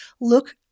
look